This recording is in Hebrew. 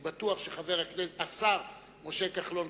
ואני בטוח שהשר משה כחלון,